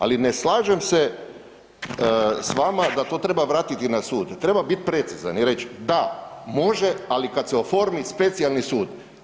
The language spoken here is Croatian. Ali ne slažem s vama da to treba vratiti na sud, treba biti precizan i reć, da, može ali kad se oformi specijalni sud.